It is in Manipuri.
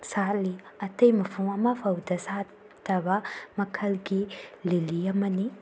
ꯁꯥꯠꯂꯤ ꯑꯇꯩ ꯃꯐꯝ ꯑꯃ ꯐꯥꯎꯕꯕꯕꯕꯕꯕꯕꯕꯗ ꯁꯥꯠꯇꯕ ꯃꯈꯜꯒꯤ ꯂꯤꯂꯤ ꯑꯃꯅꯤ